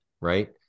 right